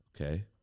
okay